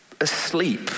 asleep